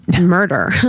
murder